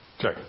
Check